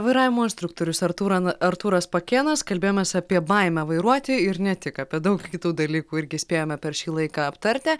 vairavimo instruktorius artūrą artūras pakėnas kalbėjomės apie baimę vairuoti ir ne tik apie daug kitų dalykų irgi spėjome per šį laiką aptarti